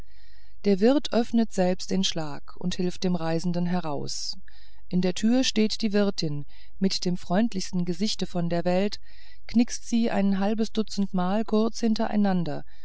der wirt öffnet selbst den schlag und hilft dem reisenden heraus in der tür steht die wirtin mit dem freundlichsten gesichte von der welt knickst sie ein halbes dutzend mal kurz hintereinander